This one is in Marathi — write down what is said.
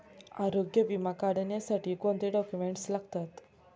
आरोग्य विमा काढण्यासाठी कोणते डॉक्युमेंट्स लागतात?